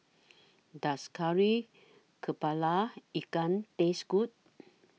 Does Kari Kepala Ikan Taste Good